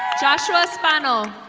joshua svennel.